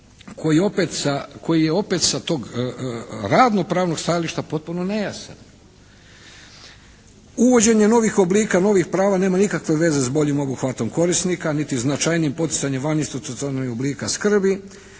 koji je opet sa tog radnopravnog stajališta potpuno nejasan. Uvođenje novih oblika novih prava nema nikakve veze s boljim obuhvatom korisnika, niti značajnijim poticanjem vaninstitucionalnih oblika skrbi